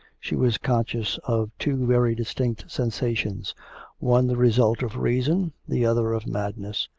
she was conscious of two very distinct sensations one the result of reason, the other of madness.